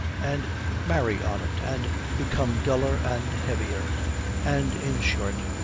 and marry on it and become duller and heavier and, in short,